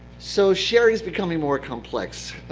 so sharing is becoming more complex.